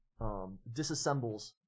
disassembles